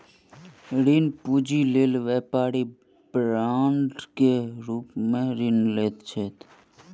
ऋण पूंजी लेल व्यापारी बांड के रूप में ऋण लैत अछि